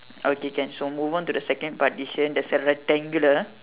okay can so move on to the second partition there's a rectangular